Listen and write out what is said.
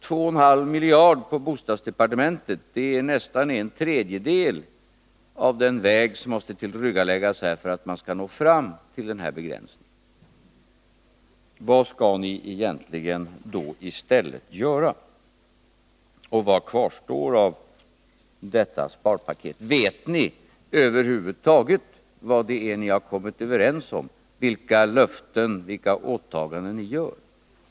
2,5 miljarder kronor på bostadsdepartementet är nästan en tredjedel av den väg som måste tillryggaläggas för att man skall nå fram till den överenskomna begränsningen av statsutgifterna. Vad skall ni då göra i stället? Vad kvarstår av detta sparpaket? Vet ni över huvud taget vad det är ni har kommit överens om — vilka löften ni har gett och vilka åtaganden ni har gått med på?